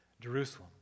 Jerusalem